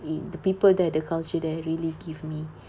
it the people there the culture there really give me